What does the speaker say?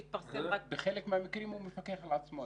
בחלק מהמקרים הוא מפקח על עצמו.